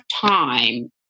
time